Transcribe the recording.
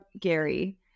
Gary